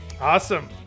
Awesome